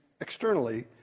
externally